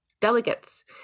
delegates